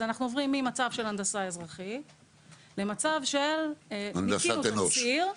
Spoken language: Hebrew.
אז אנחנו עוברים ממצב של הנדסה אזרחית למצב של -- הנדסת אנוש.